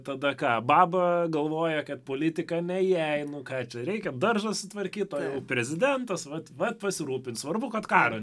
tada ką baba galvoja kad politika ne jai nu ką čia reikia daržas sutvarkyt o j prezidentas vat vat pasirūpins svarbu kad karo